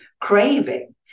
craving